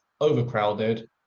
overcrowded